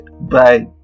Bye